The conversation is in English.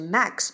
Max